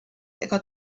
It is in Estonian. ega